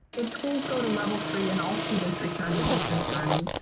if schools go to level three and all students return to distance learning,